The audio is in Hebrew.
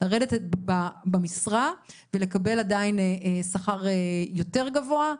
לרדת במשרה ולקבל עדיין שכר יותר גבוה.